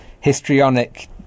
histrionic